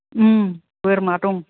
उम बोरमा दं